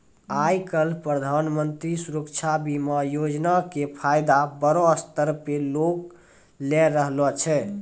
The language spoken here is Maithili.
आइ काल्हि प्रधानमन्त्री सुरक्षा बीमा योजना के फायदा बड़ो स्तर पे लोग लै रहलो छै